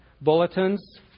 bulletins